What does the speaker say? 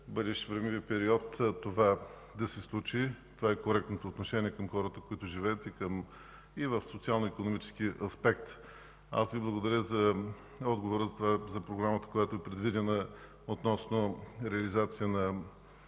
бъдещ времеви период това да се случи. Това е коректното отношение към хората, които живеят и в социално-икономически аспект. Аз Ви благодаря за отговора за програмата, предвидена относно реализация на